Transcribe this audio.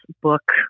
book